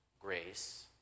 grace